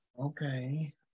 Okay